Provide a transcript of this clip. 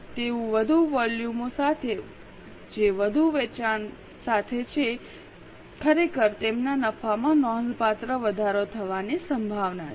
તેથી વધુ વોલ્યુમો સાથે જે વધુ વેચાણ સાથે છે ખરેખર તેમના નફામાં નોંધપાત્ર વધારો થવાની સંભાવના છે